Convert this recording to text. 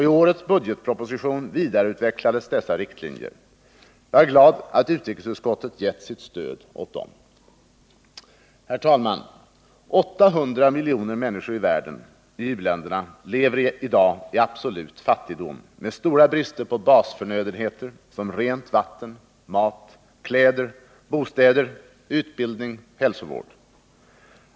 I årets budgetproposition vidareutvecklades dessa riktlinjer. Jag är glad att utrikesutskottet gett sitt stöd åt dem. Herr talman! 800 miljoner människor i u-länderna lever i dag i absolut fattigdom med stora brister på basförnödenheter som rent vatten, mat, kläder, bostäder, utbildning och hälsovård.